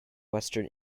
western